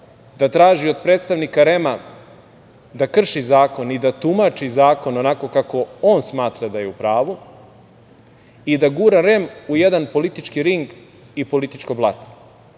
da traži od predstavnika REM-a da krši zakon i da tumači zakon onako kako on smatra da je u pravu i da gura REM u jedan politički ring i političko blato.